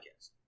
Podcast